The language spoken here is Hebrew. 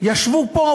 ישבו פה,